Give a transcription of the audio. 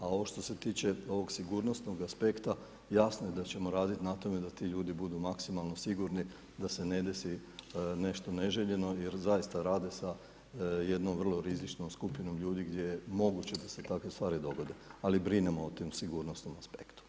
A ovo što se tiče ovog sigurnosnog aspekta, jasno da ćemo raditi na tome da ti ljudi budu maksimalno sigurni da se ne desi nešto neželjeno jer zaista rade sa jednom vrlo rizičnom skupinom ljudi gdje je moguće da se takve stvari dogode ali brinemo o tom sigurnosnom aspektu.